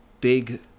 big